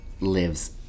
lives